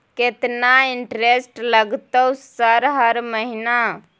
केतना इंटेरेस्ट लगतै सर हर महीना?